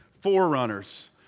forerunners